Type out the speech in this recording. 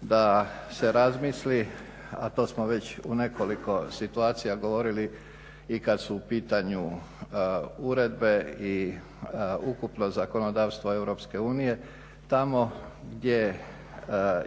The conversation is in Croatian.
da se razmisli, a to smo već u nekoliko situacija govorili i kada su u pitanju uredbe i ukupno zakonodavstvo EU tamo gdje